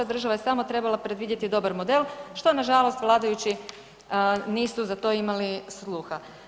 Država je samo trebala predvidjeti dobar model što nažalost vladajući nisu za to imali sluha.